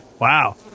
Wow